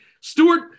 Stewart